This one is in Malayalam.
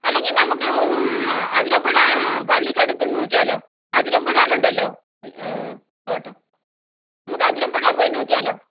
അല്ലെങ്കിൽ നമുക്ക് അതിരമ്പുഴയിൽ പള്ളിക്കടുത്ത് നോക്കിയാലോ അതിരമ്പുഴയിൽ ഉണ്ടല്ലോ തോട്ടം നമുക്ക് അതിരമ്പുഴയിൽപ്പോയി നോക്കിയാലോ